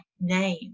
name